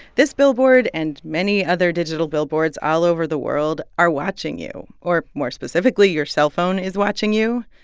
this billboard and many other digital billboards all over the world are watching you, or more specifically, your cell phone is watching you.